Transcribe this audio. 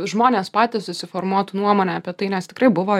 žmonės patys susiformuotų nuomonę apie tai nes tikrai buvo